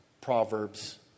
proverbs